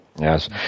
Yes